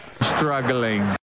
Struggling